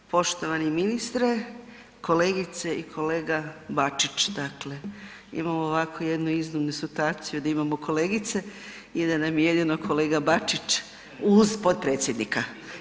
Poštovani ministre, kolegice i kolega Bačić, dakle, imamo ovako jednu iznimnu situaciju da imamo kolegice i da nam je jedino kolega Bačić uz potpredsjednika.